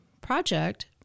project